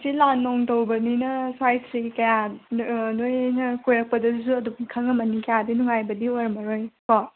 ꯁꯤ ꯂꯥꯟꯅꯨꯡ ꯇꯧꯕꯅꯤꯅ ꯁ꯭ꯋꯥꯏꯁꯤ ꯀꯌꯥ ꯑꯥ ꯅꯣꯏꯅ ꯀꯣꯏꯔꯛꯄꯗꯁꯨ ꯑꯗꯨꯃ ꯈꯪꯂꯝꯂꯅꯤ ꯀꯌꯥꯗꯤ ꯅꯨꯡꯉꯥꯏꯕꯗꯤ ꯑꯣꯏꯔꯝꯂꯔꯣꯏꯀꯣ